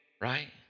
right